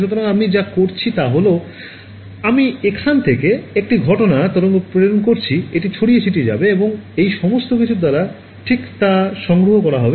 সুতরাং আমি যা করছি তা হল আমি এখান থেকে একটি ঘটনা তরঙ্গ প্রেরণ করছি এটি ছড়িয়ে ছিটিয়ে যাবে এবং এই সমস্ত কিছুর দ্বারা ঠিক তা সংগ্রহ করা হবে